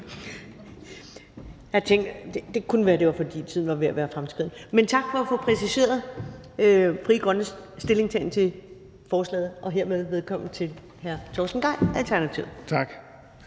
det kunne være, fordi tiden var ved at være fremskreden, men tak for at få præciseret Frie Grønnes stillingtagen til forslaget. Hermed velkommen til hr. Torsten Gejl, Alternativet.